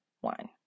one